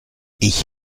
ich